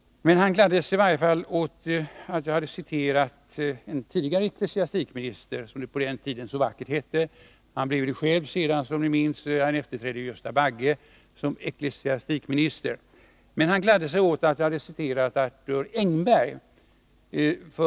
Han gladdes åt att jag hade citerat en tidigare ecklesiastikminister, som det så vackert hette på den tiden — han blev sedan själv ecklesiastikminister, som ni kanske minns; han efterträdde Gösta Bagge — nämligen Arthur Engberg.